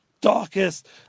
darkest